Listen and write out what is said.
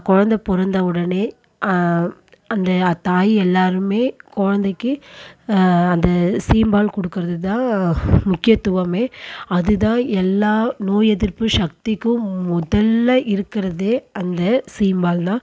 குழந்த பிறந்த உடனே அந்த தாய் எல்லாருமே குழந்தைக்கி அந்த சீம்பால் கொடுக்குறது தான் முக்கியத்துவமே அது தான் எல்லாம் நோய் எதிர்ப்பு சக்திக்கும் முதலில் இருக்குறதையே அந்த சீம்பால் தான்